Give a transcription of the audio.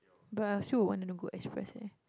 but I still would want them to go express eh